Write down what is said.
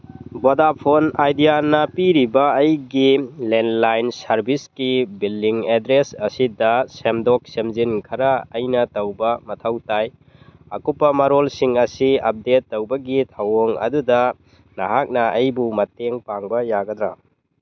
Vodafone Idea ꯄꯤꯔꯤꯕ ꯑꯩꯒꯤ landline ꯁꯥꯔꯚꯤꯁꯀꯤ ꯕꯤꯂꯤꯡ ꯑꯦꯗ꯭ꯔꯦꯁ ꯑꯁꯤꯗ ꯁꯦꯝꯗꯣꯛ ꯁꯦꯝꯖꯤꯟ ꯈꯔ ꯑꯩꯅ ꯇꯧꯕ ꯃꯊꯧ ꯇꯥꯏ ꯑꯀꯨꯞꯄ ꯃꯔꯣꯜꯁꯤꯡ ꯑꯁꯤ ꯑꯞꯗꯦꯠ ꯇꯧꯕꯒꯤ ꯊꯧꯑꯣꯡ ꯑꯗꯨꯗ ꯅꯍꯥꯛꯅ ꯑꯩꯕꯨ ꯃꯇꯦꯡ ꯄꯥꯡꯕ ꯌꯥꯒꯗ꯭ꯔ